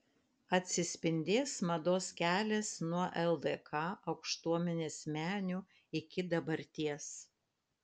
atsispindės mados kelias nuo ldk aukštuomenės menių iki dabarties